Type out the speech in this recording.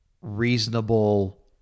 reasonable